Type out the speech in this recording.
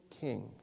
king